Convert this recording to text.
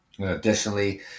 Additionally